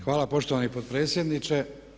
Hvala poštovani potpredsjedniče.